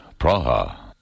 Praha